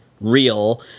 real